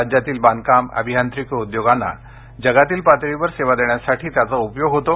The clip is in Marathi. राज्यातील बांधकाम अभियांत्रिकी उद्योगांना जगातील पातळीवर सेवा देण्यासाठी त्याचा उपयोग होतो